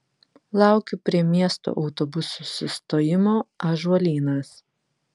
laukiu prie miesto autobusų sustojimo ąžuolynas